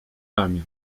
ramię